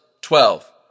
twelve